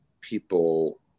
people